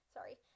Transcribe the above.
Sorry